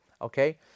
Okay